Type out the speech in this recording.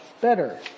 better